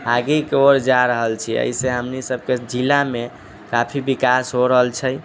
आगे की ओर जा रहल छियै एहि से हमनी सबके जिलामे काफी विकास हो रहल छै